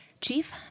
Chief